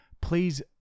please